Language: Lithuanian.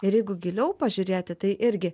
ir jeigu giliau pažiūrėti tai irgi